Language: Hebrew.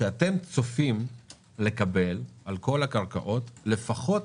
שאתם צופים לקבל על כל הקרקעות לפחות